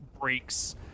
breaks